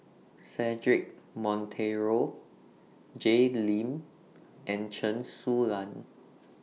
Cedric Monteiro Jay Lim and Chen Su Lan